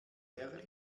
herr